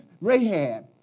Rahab